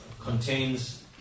contains